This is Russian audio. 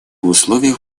условиях